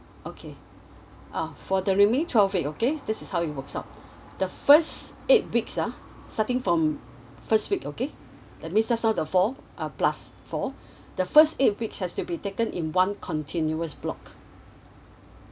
okay uh for the remaining twelve week okay this is how it works out the first eight weeks ah starting from first week okay that means just now the four uh plus four the first eight weeks has to be taken in one continuous block